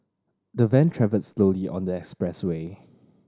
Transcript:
the van travelled slowly on the expressway